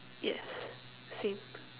yes same